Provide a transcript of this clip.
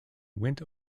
went